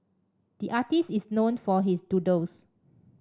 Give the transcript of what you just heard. the artist is known for his doodles